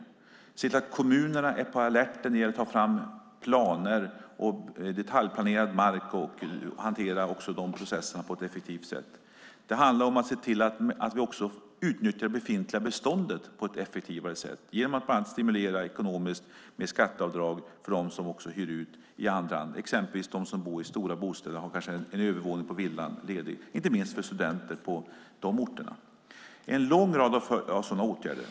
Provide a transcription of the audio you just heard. Det gäller att se till att kommunerna är på alerten när det gäller att ta fram planer, detaljplanerad mark och hantera de processerna på ett effektivt sätt. Det handlar om att vi ser till att vi utnyttjar det befintliga beståndet på ett effektivare sätt genom att bland annat stimulera ekonomiskt med skatteavdrag för dem som hyr ut i andra hand. Det gäller exempelvis dem som bor i stora bostäder och kanske har en övervåning på villan ledig, inte minst för studenter på studieorter. Det finns en lång rad av sådana åtgärder.